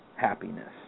happiness